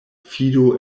fido